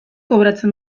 kobratzen